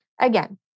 Again